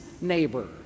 neighbor